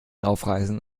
aufreißen